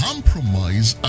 Compromise